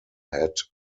had